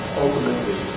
ultimately